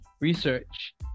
research